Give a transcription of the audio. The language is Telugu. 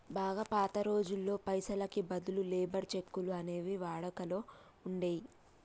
బాగా పాత రోజుల్లో పైసలకి బదులు లేబర్ చెక్కులు అనేవి వాడుకలో ఉండేయ్యి